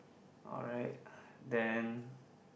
alright then